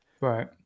right